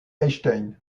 einstein